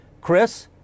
Chris